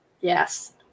Yes